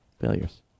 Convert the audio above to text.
failures